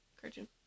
cartoon